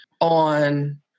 on